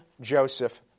Joseph